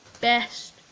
best